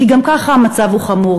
כי גם ככה המצב הוא חמור,